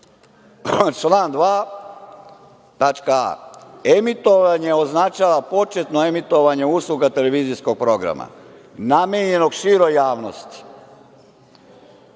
a) - emitovanje označava početno emitovanje usluga televizijskog programa, namenjenog široj javnosti